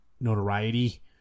notoriety